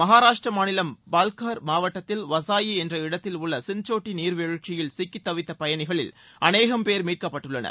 மகாராஷ்டிரா மாநிலம் பால்கர் மாவட்டத்தில் வாஸாயி என்ற இடத்தில் உள்ள சின்சோட்டி நீர் வீழ்ச்சியில் சிக்கி தவித்த பயணிகளில் அநேகம் பேர் மீட்கப்பட்டுள்ளனர்